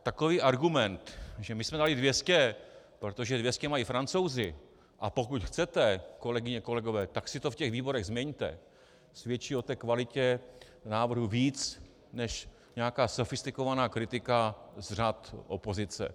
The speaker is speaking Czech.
Takový argument, že my jsme dali 200, protože 200 mají Francouzi, a pokud chcete, kolegyně a kolegové, tak si to v těch výborech změňte, svědčí o té kvalitě návrhu více než nějaká sofistikovaná kritika z řad opozice.